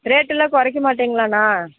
ரேட்டெல்லாம் குறைக்க மாட்டிங்ளா அண்ணா